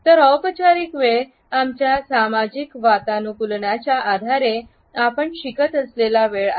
तर औपचारिक वेळ आमच्या सामाजिक वातानुकूलनाच्या आधारे आपण शिकत असलेला वेळ आहे